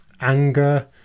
anger